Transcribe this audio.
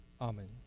Amen